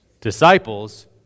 Disciples